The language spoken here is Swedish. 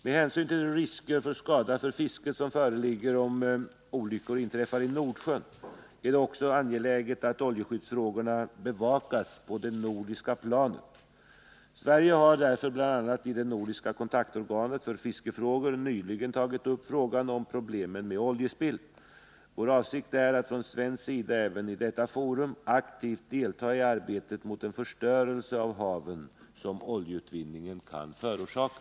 Med hänsyn till de risker för skada för fisket som föreligger om olyckor inträffar i Nordsjön är det också angeläget att oljeskyddsfrågorna bevakas på det nordiska planet. Sverige har därför, bl.a. i det nordiska kontaktorganet för fiskefrågor, nyligen tagit upp frågan om problemen med oljespill. Vår avsikt är att från svensk sida även i detta forum aktivt delta i arbetet mot den förstörelse av haven som oljeutvinningen kan förorsaka.